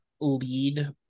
lead